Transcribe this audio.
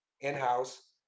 in-house